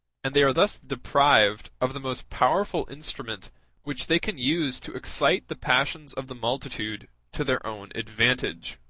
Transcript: and they are thus deprived of the most powerful instrument which they can use to excite the passions of the multitude to their own advantage.